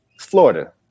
Florida